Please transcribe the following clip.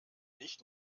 nicht